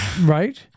Right